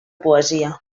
poesia